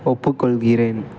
ஒப்புக்கொள்கிறேன்